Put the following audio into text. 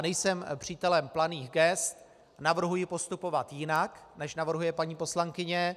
Nejsem přítelem planých gest, navrhuji postupovat jinak, než navrhuje paní poslankyně.